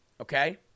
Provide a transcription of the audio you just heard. okay